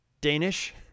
danish